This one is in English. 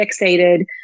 fixated